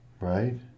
Right